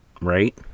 right